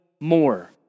more